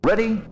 Ready